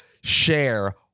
share